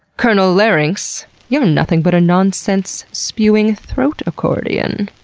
colonel larynx, you're nothing but a nonsense spewing throat accordion.